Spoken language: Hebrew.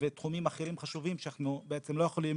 ותחומים אחרים חשובים שאנחנו לא יכולים